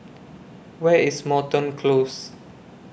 Where IS Moreton Close